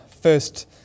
first